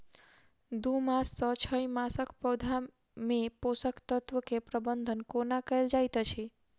दू मास सँ छै मासक पौधा मे पोसक तत्त्व केँ प्रबंधन कोना कएल जाइत अछि?